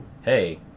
Hey